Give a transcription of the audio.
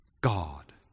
God